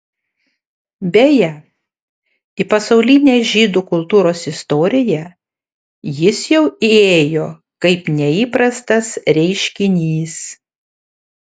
beje į pasaulinę žydų kultūros istoriją jis jau įėjo kaip neįprastas reiškinys